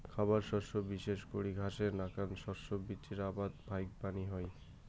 খাবার শস্য বিশেষ করি ঘাসের নাকান শস্য বীচির আবাদ ফাইকবানী হই